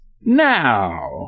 now